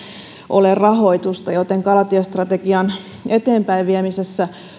ole rahoitusta joten kalatiestrategian eteenpäinviemisessä